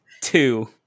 Two